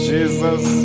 Jesus